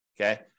Okay